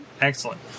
Excellent